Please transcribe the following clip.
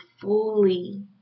fully